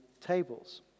tables